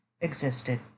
existed